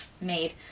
made